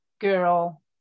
girl